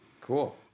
cool